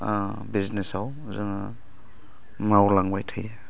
बिजनेसाव जोङो मावलांबाय थायो